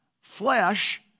flesh